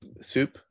soup